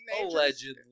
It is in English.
allegedly